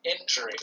injury